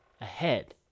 ahead